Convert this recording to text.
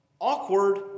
Awkward